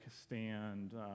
stand